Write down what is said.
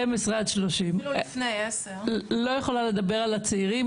לא יכולה לדבר על הצעירים,